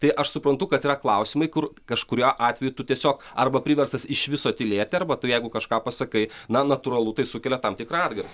tai aš suprantu kad yra klausimai kur kažkuriuo atveju tu tiesiog arba priverstas iš viso tylėti arba tu jeigu kažką pasakai na natūralu tai sukelia tam tikrą atgarsį